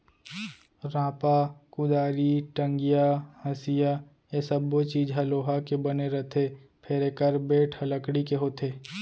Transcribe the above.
रांपा, कुदारी, टंगिया, हँसिया ए सब्बो चीज ह लोहा के बने रथे फेर एकर बेंट ह लकड़ी के होथे